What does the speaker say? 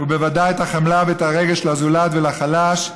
ובוודאי את החמלה ואת הרגש לזולת ולחלש,